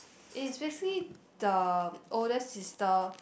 it is basically the older sister